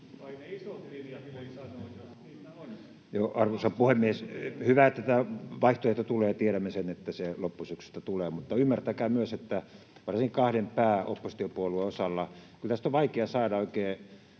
Arvoisa puhemies! Hyvä, että tämä vaihtoehto tulee. Tiedämme sen, että se loppusyksystä tulee, mutta ymmärtäkää myös, että varsinkin kahden pääoppositiopuolueen osalta on kyllä vaikea saada juonta